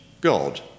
God